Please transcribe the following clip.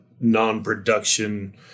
Non-production